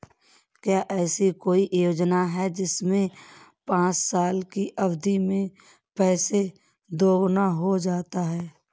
क्या ऐसी कोई योजना है जिसमें पाँच साल की अवधि में पैसा दोगुना हो जाता है?